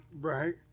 right